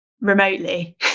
remotely